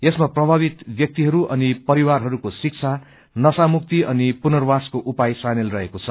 यसमा प्रभावित व्याक्तिहरू अनि परिवारहरूको शिक्षा नशामुक्ति अनि पुनवासको उपाय सामेल रहेको छ